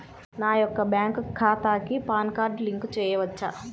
నా యొక్క బ్యాంక్ ఖాతాకి పాన్ కార్డ్ లింక్ చేయవచ్చా?